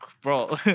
bro